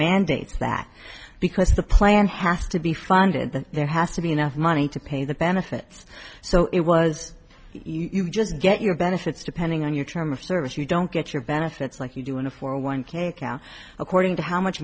mandates that because the plan has to be funded then there has to be enough money to pay the benefits so it was you just get your benefits depending on your terms of service you don't get your benefits like you do in a four one k account according to how much